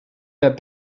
that